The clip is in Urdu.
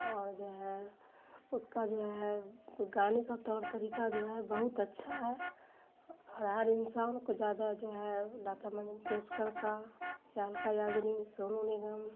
اور جو ہے اس کا جو ہے گانے کا طور طریقہ جو ہے بہت اچھا ہے اور ہر انسان کو زیادہ جو ہے لتا منگیشکر کا یالکا یاگنی سونو نگم